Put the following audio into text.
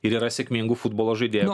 ir yra sėkmingų futbolo žaidėjų